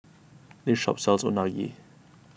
this shop sells Unagi